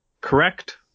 correct